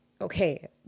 okay